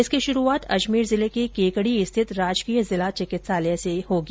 इसकी शुरुआत अजमेर जिले के केकड़ी स्थित राजकीय जिला चिकित्सालय से की जायेगी